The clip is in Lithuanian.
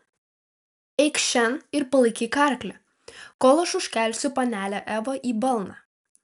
eikš šen ir palaikyk arklį kol aš užkelsiu panelę evą į balną